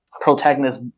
protagonist